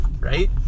right